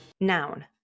Noun